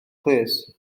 plîs